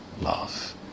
love